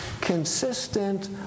consistent